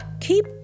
Keep